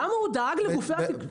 למה הוא דאג לגופי התקשורת?